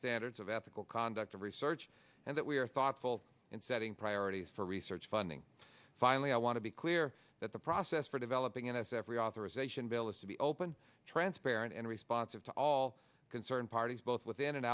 standards of ethical conduct of research and that we are thoughtful in setting priorities for research funding finally i want to be clear that the process for developing n s f reauthorization bill is to be open transparent and responsive to all concerned parties both within and